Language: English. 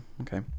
okay